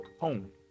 home